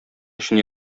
өчен